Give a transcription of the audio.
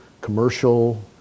commercial